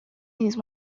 these